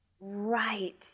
Right